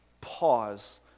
pause